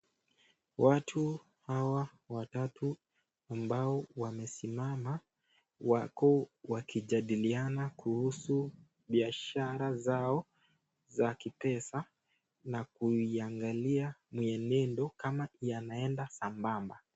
Watu hawa watatu ambao wamesimama wako wakijadiliana kuhusu biashara zao za kipesa na kuiangalia mienendo kama yanaenda sambamba.